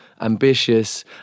ambitious